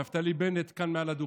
אתמול נפתלי בנט, כאן על הדוכן,